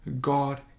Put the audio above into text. God